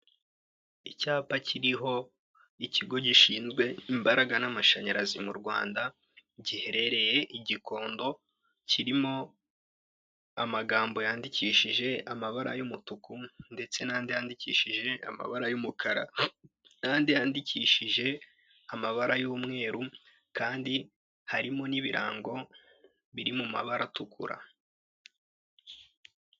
Icyapa kiriho ikigo gishinzwe imbaraga n'amashanyarazi mu Rwanda, giherereye gikondo kirimo amagambo yandikishije amabara y'umutuku ndetse n'andi yandikishije amabara y'umukara kandi yandikishije amabara y'umweru kandi harimo n'ibirango biri mu mabara atukura.